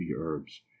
herbs